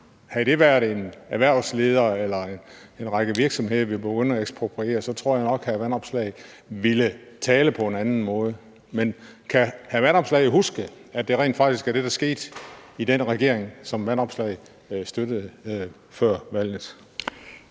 Havde det været en erhvervsleder eller en række virksomheder, vi eksproprierede, tror jeg nok, at hr. Alex Vanopslagh ville tale på en anden måde. Men kan hr. Alex Vanopslagh huske, at det rent faktisk var det, der skete i den regering, som hr. Alex Vanopslagh støttede før valget?